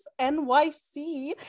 NYC